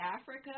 Africa